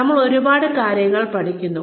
നമ്മൾ ഒരുപാട് കാര്യങ്ങൾ പഠിക്കുന്നു